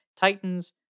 Titans